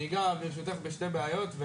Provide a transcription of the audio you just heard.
אני אגע ברשותך בשתי בעיות.